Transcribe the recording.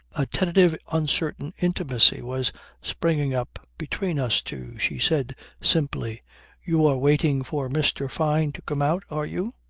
a tentative, uncertain intimacy was springing up between us two. she said simply you are waiting for mr. fyne to come out are you?